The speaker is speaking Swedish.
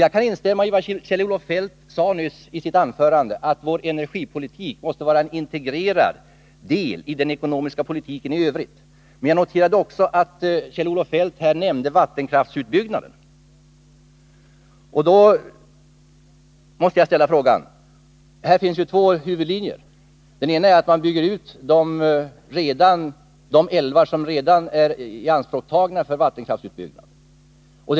Jag kan instämma i vad Kjell-Olof Feldt sade nyss i sitt anförande, nämligen att vår energipolitik måste vara en integrerad del av den ekonomiska politiken i övrigt. Men jag noterade också att han här nämnde vattenkraftsutbyggnaden, och då måste jag ställa en fråga. Här finns två huvudlinjer. Den ena är att man bygger ut de älvar som redan är ianspråktagna för vattenkraftsproduktion.